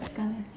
gonna